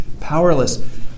Powerless